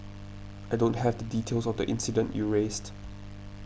I don't have the details of the incident you raised